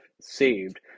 saved